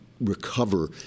recover